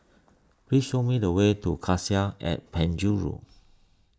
please show me the way to Cassia at Penjuru